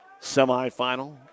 semifinal